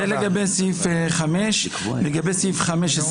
זה לגבי סעיף 5. לגבי סעיף 15,